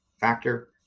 factor